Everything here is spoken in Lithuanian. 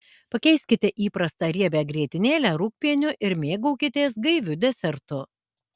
pakeiskite įprastą riebią grietinėlę rūgpieniu ir mėgaukitės gaiviu desertu